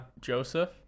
joseph